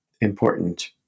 important